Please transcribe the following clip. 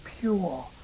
pure